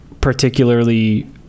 particularly